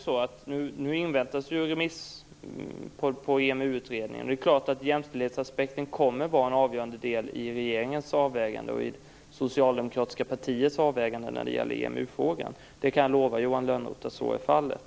Nu inväntas ju remiss på EMU-utredningen, och det är klart att jämställdhetsaspekten kommer att vara en avgörande del i regeringens avvägande och i det socialdemokratiska partiets avvägande i fråga om EMU. Jag kan lova Johan Lönnroth att så är fallet.